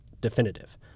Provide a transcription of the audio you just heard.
definitive